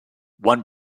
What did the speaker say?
one